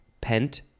pent